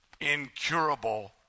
incurable